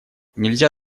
нельзя